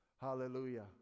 hallelujah